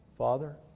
Father